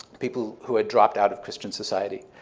people who had dropped out of christian society,